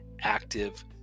active